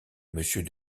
monsieur